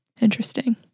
Interesting